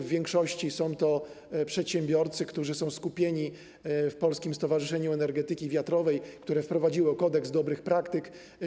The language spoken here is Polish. W większości są to przedsiębiorcy, którzy są skupieni w Polskim Stowarzyszeniu Energetyki Wiatrowej, które wprowadziło kodeks dobrych praktyk.